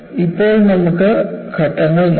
ഇപ്പോൾ നമുക്ക് ഘട്ടങ്ങൾ നോക്കാം